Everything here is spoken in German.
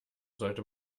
sollte